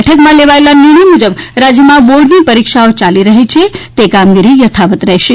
બેઠકમાં લેવાયેલા નિર્ણય મુજબ રાજયમાં બોર્ડની પરીક્ષાઓ ચાલી રહી છે તે કામગીરી યથાવત રહેશે